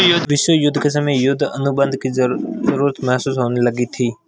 विश्व युद्ध के समय पर युद्ध अनुबंध की जरूरत महसूस होने लगी थी